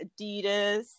Adidas